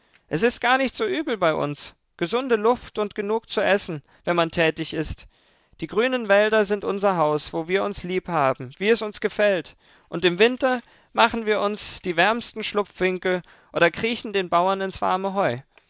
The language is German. es ist gar nicht so übel bei uns gesunde luft und genug zu essen wenn man tätig ist die grünen wälder sind unser haus wo wir uns liebhaben wie es uns gefällt und im winter machen wir uns die wärmsten schlupfwinkel oder kriechen den bauern ins warme heu